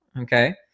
okay